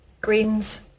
Greens